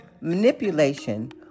manipulation